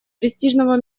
престижного